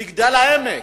מגדל-העמק,